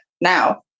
now